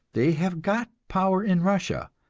they have got power in russia,